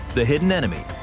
the hidden enemy,